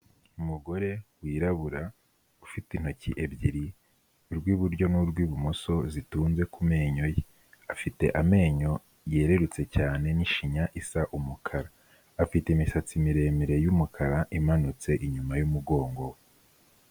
Umugore wirabura ufite intoki ebyiri urw'iburyo n'urw'ibumoso zitunze ku menyo ye. Afite amenyo yererutse cyane n'ishinya isa umukara. Afite imisatsi miremire y'umukara imanutse inyuma y'umugongo.